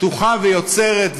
פתוחה ויוצרת,